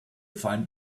find